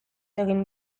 egin